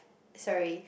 sorry